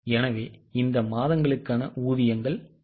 எனவே இந்த மாதங்களுக்கான ஊதியங்கள் 4000